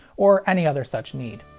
or any other such need.